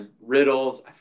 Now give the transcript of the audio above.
Riddles